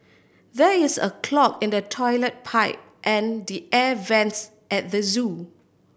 there is a clog in the toilet pipe and the air vents at the zoo